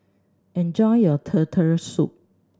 enjoy your Turtle Soup